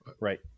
Right